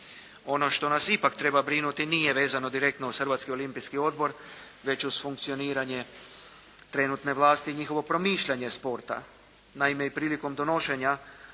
Ono što nas ipak treba brinuti nije vezano direktno uz Hrvatski olimpijski odbor, već uz funkcioniranje trenutne vlasti, njihovo promišljanje sporta. Naime, i prilikom donošenja